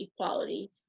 equality